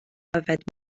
yfed